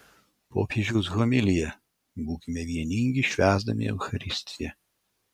popiežiaus homilija būkime vieningi švęsdami eucharistiją